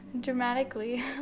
dramatically